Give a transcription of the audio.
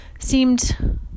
seemed